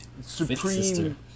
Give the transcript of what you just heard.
Supreme